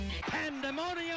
Pandemonium